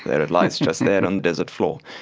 and it lies just there on the desert floor.